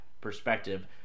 perspective